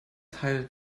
teil